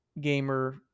gamer